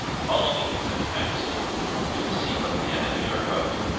follow me, said his majesty we will see what the enemy are about.